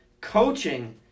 coaching